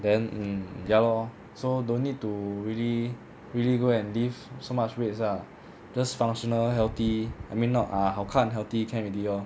then hmm ya lor so don't need to really really go and lift so much weights ah just functional healthy I mean not uh 好看 healthy can already lor